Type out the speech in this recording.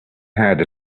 had